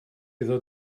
iddo